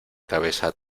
cabeza